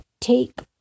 take